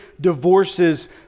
divorces